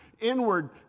inward